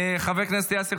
חבר הכנסת יאסר חוג'יראת?